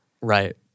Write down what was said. Right